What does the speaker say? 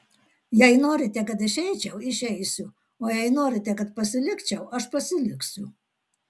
jei norite kad išeičiau išeisiu o jei norite kad pasilikčiau aš pasiliksiu